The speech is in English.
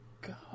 God